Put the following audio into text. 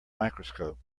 microscope